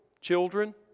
Children